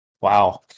wow